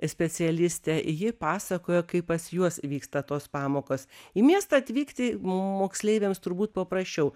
specialistę ji pasakojo kaip pas juos vyksta tos pamokos į miestą atvykti moksleiviams turbūt paprasčiau